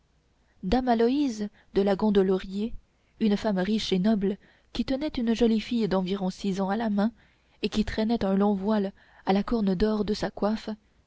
dame aloïse de gondelaurier une femme riche et noble qui tenait une jolie fille d'environ six ans à la main et qui traînait un long voile à la corne d'or de sa coiffe